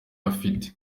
afite